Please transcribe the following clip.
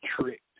tricked